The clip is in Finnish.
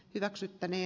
hyväksyttänee